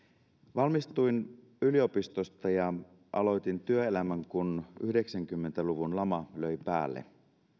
valmistuin yliopistosta ja aloitin työelämän kun yhdeksänkymmentä luvun lama löi päälle